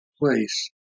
place